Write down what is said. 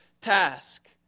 task